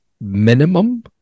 minimum